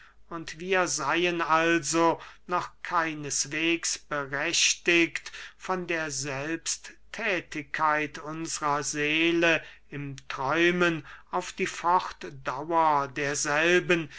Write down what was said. und wir seyen also noch keineswegs berechtigt von der selbstthätigkeit unsrer seele im träumen auf die fortdauer derselben